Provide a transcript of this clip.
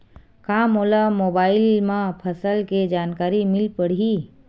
का मोला मोबाइल म फसल के जानकारी मिल पढ़ही?